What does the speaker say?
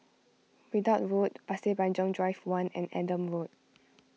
Ridout Road Pasir Panjang Drive one and Adam Road